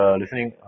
listening